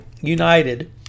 United